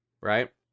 right